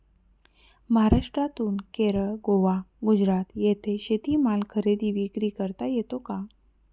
महाराष्ट्रातून केरळ, गोवा, गुजरात येथे शेतीमाल खरेदी विक्री करता येतो का?